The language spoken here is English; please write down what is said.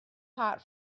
hot